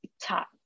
top